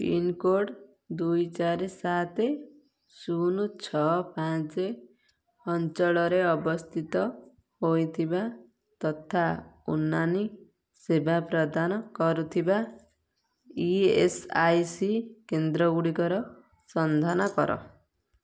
pincode ଦୁଇ ଚାରି ସାତ ଶୂନ ଛଅ ପାଞ୍ଚ ଅଞ୍ଚଳରେ ଅବସ୍ଥିତ ହୋଇଥିବା ତଥା ଉନାନି ସେବା ପ୍ରଦାନ କରୁଥିବା ଇ ଏସ୍ ଆଇ ସି କେନ୍ଦ୍ର ଗୁଡ଼ିକର ସନ୍ଧାନ କର